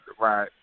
right